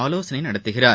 ஆலோசனைநடத்துகிறார்